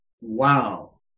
wow